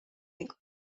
میکند